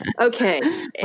Okay